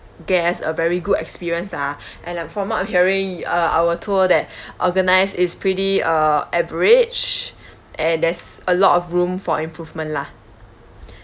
guests a very good experience lah and like from what I'm hearing uh our tour that organised is pretty uh average and there's a lot of room for improvement lah